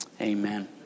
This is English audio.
Amen